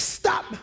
Stop